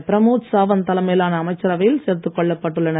பிரேமோத் சாவந்த் தலைமையிலான அமைச்சரவையில் சேர்த்துக் கொள்ளப்பட்டுள்ளனர்